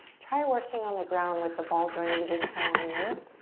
try working on the ground with the ball joint of the big toe on the earth.